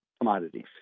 commodities